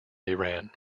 iran